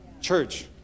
Church